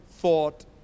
thought